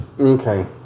Okay